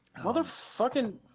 Motherfucking